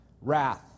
wrath